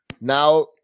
Now